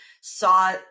saw